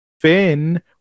Finn